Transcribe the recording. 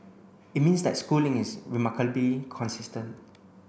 it means that Schooling is remarkably consistent